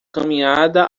caminhada